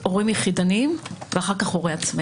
"הורים יחידנים" ואחר כך "הורה עצמאי".